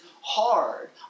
hard